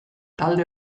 talde